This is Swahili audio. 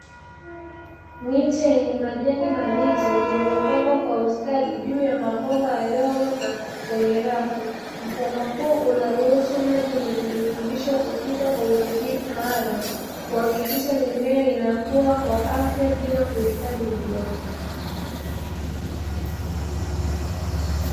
Miche yenye majani mabichi yamewekwa ndani ya maji